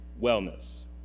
wellness